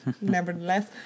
nevertheless